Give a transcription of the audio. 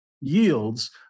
yields